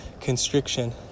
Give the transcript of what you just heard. constriction